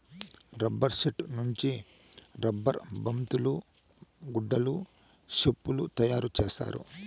rubber సెట్టు నుంచి rubber బంతులు గుడ్డలు సెప్పులు తయారు చేత్తారు